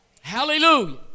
Hallelujah